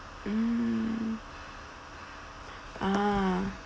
mm ah